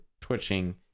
Twitching